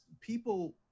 people